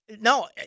no